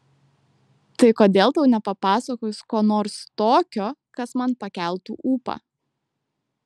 tai kodėl tau nepapasakojus ko nors tokio kas man pakeltų ūpą